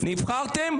נבחרתם?